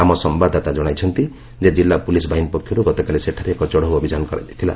ଆମ ସମ୍ଭାଦଦାତା ଜଣାଇଛନ୍ତି ଯେ କିଲ୍ଲା ପୁଲିସ୍ ବାହିନୀ ପକ୍ଷରୁ ଗତକାଲି ସେଠାରେ ଏକ ଚଢ଼ଉ ଅଭିଯାନ କରାଯାଇଥିଲା